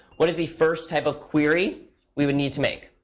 what is the first type of query we would need to make.